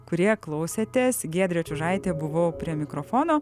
kurie klausėtės giedrė čiužaitė buvau prie mikrofono